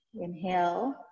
Inhale